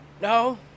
no